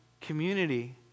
community